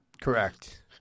Correct